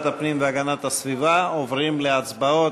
הפנים והגנת הסביבה עוברים להצבעות.